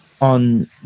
on